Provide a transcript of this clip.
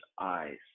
eyes